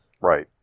Right